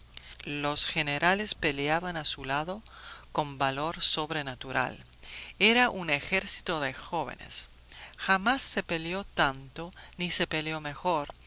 los generales peleaban a su lado con valor sobrenatural era un ejército de jóvenes jamás se peleó tanto ni se peleó mejor